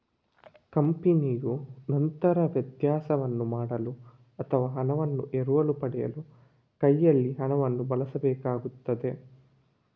ಕಂಪನಿಯು ನಂತರ ವ್ಯತ್ಯಾಸವನ್ನು ಮಾಡಲು ಅಥವಾ ಹಣವನ್ನು ಎರವಲು ಪಡೆಯಲು ಕೈಯಲ್ಲಿ ಹಣವನ್ನು ಬಳಸಬೇಕಾಗುತ್ತದೆ